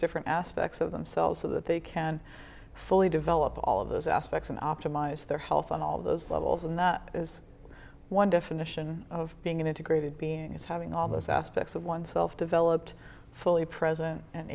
different aspects of themselves so that they can fully develop all of those aspects in optimize their health and all those levels and not as one definition of being an integrated being as having all those aspects of oneself developed fully present and